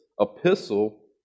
epistle